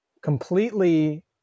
completely